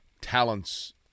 talents